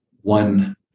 one